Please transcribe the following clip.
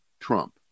Trump